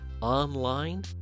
online